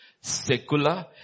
secular